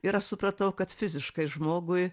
ir aš supratau kad fiziškai žmogui